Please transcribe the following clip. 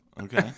Okay